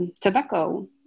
tobacco